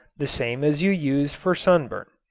the same as you use for sunburn.